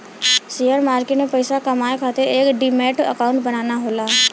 share market में पइसा कमाये खातिर एक डिमैट अकांउट बनाना होला